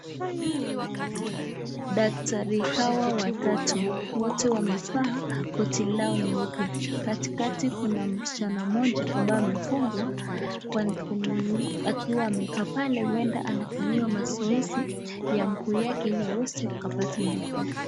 Daktari hawa watatu wote wamevaa koti lao nyeupe katikati kuna msichna mmoja ambaye amefungwa akiwa amekaa pale huenda anafanyiwa mazoezi ya mguu yake ili aweze akapata nguvu.